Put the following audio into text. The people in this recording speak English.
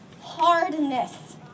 hardness